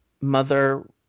mother